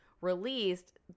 Released